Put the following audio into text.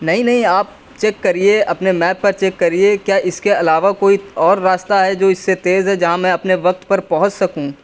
نہیں نہیں آپ چیک کریئے اپنے میپ پر چیک کریئے کیا اس کے علاوہ کوئی اور راستہ ہے جو اس سے تیز ہے جہاں میں اپنے وقت پر پہنچ سکوں